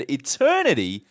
eternity